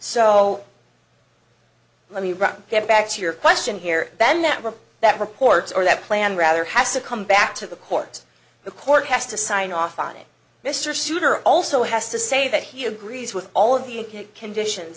so let me run get back to your question here ben network that reports are that plan rather has to come back to the courts the court has to sign off on it mr souter also has to say that he agrees with all of the conditions